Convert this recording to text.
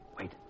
Wait